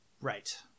Right